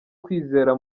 kwizera